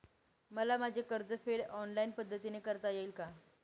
मला माझे कर्जफेड ऑनलाइन पद्धतीने करता येईल का?